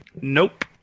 nope